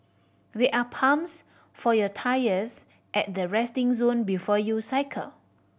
there are pumps for your tyres at the resting zone before you cycle